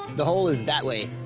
the hole is that way,